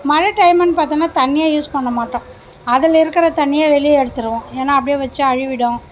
மழை டைமுன்னு பார்த்தோன்னா தண்ணியே யூஸ் பண்ண மாட்டோம் அதில் இருக்கிற தண்ணியை வெளியே எடுத்துடுவோம் ஏன்னா அப்படியே வெச்சால் அழுகிடும்